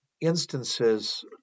instances